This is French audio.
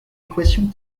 équation